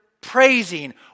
praising